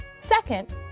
Second